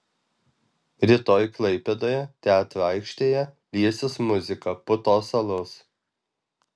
rytoj klaipėdoje teatro aikštėje liesis muzika putos alus